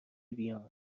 بیان